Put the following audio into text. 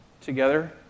together